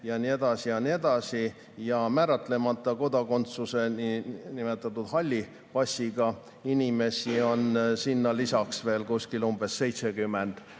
ja nii edasi ja nii edasi. Ja määratlemata kodakondsusega, niinimetatud halli passiga inimesi on lisaks veel umbes 70